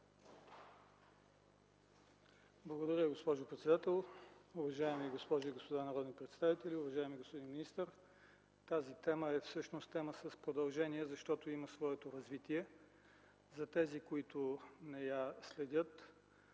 Благодаря, госпожо председател. Уважаеми госпожи и господа народни представители! Уважаеми господин министър, тази тема е всъщност с продължение, защото има своето развитие. За тези, които не я следят,